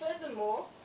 Furthermore